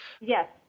Yes